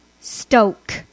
Stoke